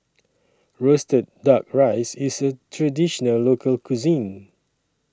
Roasted Duck Rice IS A Traditional Local Cuisine